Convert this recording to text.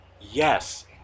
Yes